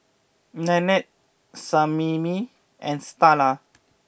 Nannette Sammie and Starla